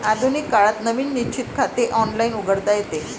आधुनिक काळात नवीन निश्चित खाते ऑनलाइन उघडता येते